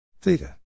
Theta